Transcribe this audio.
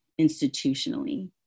institutionally